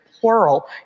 plural